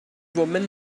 woman